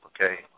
Okay